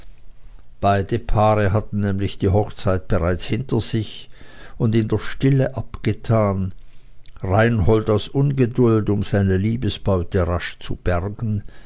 beide paare hatten nämlich die hochzeit bereits hinter sich und in der stille abgetan reinhold aus ungeduld um seine liebesbeute rasch zu bergen